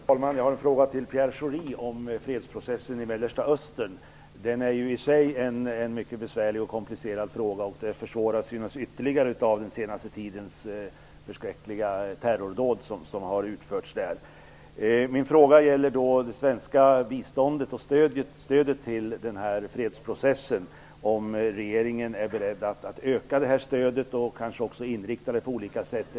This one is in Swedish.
Herr talman! Jag har en fråga till Pierre Schori om fredsprocessen i Mellersta Östern. Den är ju i sig en mycket besvärlig och komplicerad fråga, och den försvåras naturligtvis ytterligare av de förskräckliga terrordåd som på den senaste tiden utförts där. Min fråga gäller det svenska biståndet och stödet till fredsprocessen. Är regeringen beredd att öka detta stöd och kanske också rikta det på olika sätt?